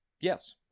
yes